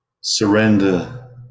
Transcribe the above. surrender